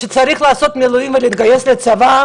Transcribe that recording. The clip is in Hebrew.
כשצריך לעשות מילואים ולהתגייס לצבא,